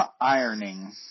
ironing